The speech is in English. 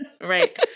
Right